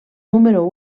número